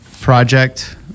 project